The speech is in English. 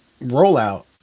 rollout